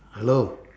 hello